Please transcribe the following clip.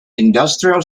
industrial